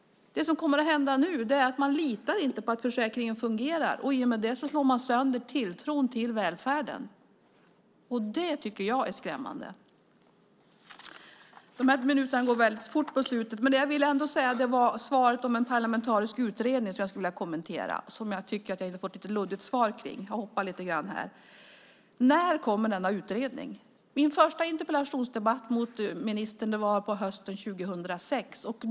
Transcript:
Det som kommer att hända nu är att man inte litar på att försäkringen fungerar. I och med det slår man sönder tilltron till välfärden. Det är skrämmande. Minuterna går fort på slutet, men jag vill ändå kommentera svaret om en parlamentarisk utredning. Jag fick ett luddigt svar. När kommer denna utredning? Min första interpellationsdebatt med ministern var hösten 2006.